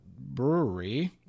brewery